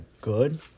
good